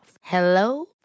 Hello